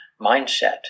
mindset